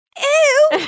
Ew